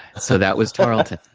so, that was carlton.